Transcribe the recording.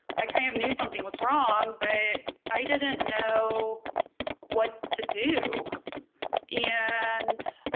i kind of knew something was wrong but i didn't know what to do and